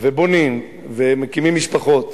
ובונים ומקימים משפחות